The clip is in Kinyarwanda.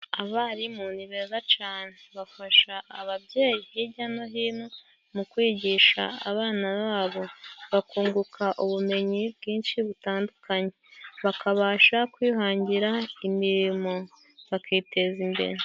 Abarimu ni beza cane bafasha ababyeyi hijya no hino mu kwigisha abana babo, bakunguka ubumenyi bwinshi butandukanye, bakabasha kwihangira imirimo bakiteza imbere.